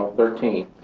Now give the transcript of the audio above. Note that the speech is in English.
thirteen.